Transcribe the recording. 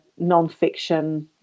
nonfiction